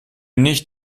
nicht